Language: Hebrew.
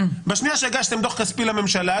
בשנייה שהגשתם דוח כספי לממשלה,